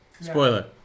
Spoiler